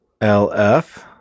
LF